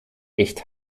echt